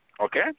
okay